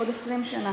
בעוד 20 שנה.